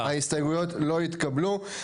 מי נמנע?